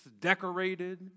decorated